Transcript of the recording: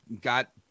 got